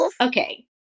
Okay